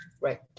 Right